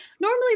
normally